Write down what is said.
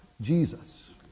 Jesus